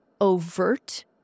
overt